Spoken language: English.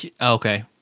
Okay